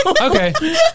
Okay